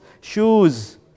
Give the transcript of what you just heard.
shoes